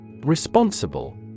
Responsible